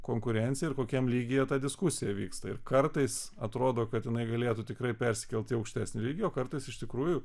konkurencija ir kokiam lygyje ta diskusija vyksta ir kartais atrodo kad jinai galėtų tikrai persikelt į aukštesnio lygio kartais iš tikrųjų